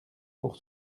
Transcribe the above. pour